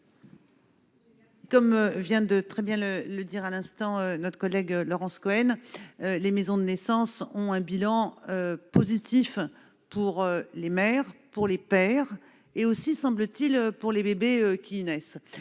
Comme vient de le dire très bien à l'instant notre collègue Laurence Cohen, les maisons de naissance ont un bilan positif pour les mères, pour les pères et aussi, semble-t-il, pour les bébés qui y naissent.